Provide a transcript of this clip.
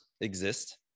exist